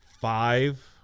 five